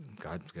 God